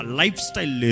lifestyle